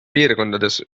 piirkondades